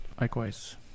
Likewise